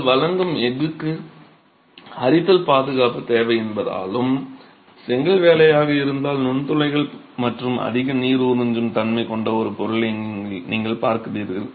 நீங்கள் வழங்கும் எஃகுக்கு அரித்தல் பாதுகாப்பு தேவை என்பதாலும் செங்கல் வேலையாக இருந்தால் நுண்துளைகள் மற்றும் அதிக நீர் உறிஞ்சும் தன்மை கொண்ட ஒரு பொருளை நீங்கள் பார்க்கிறீர்கள்